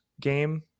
game